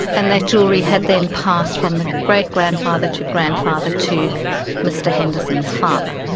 and that jewellery had then passed from the great-grandfather to grandfather to mr henderson's father.